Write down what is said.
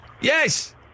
Yes